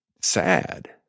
sad